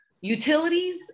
utilities